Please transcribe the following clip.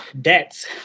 debts